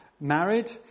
married